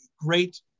great